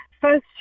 first